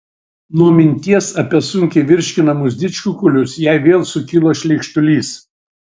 nuo minties apie sunkiai virškinamus didžkukulius jai vėl sukilo šleikštulys